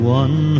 one